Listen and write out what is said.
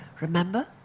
remember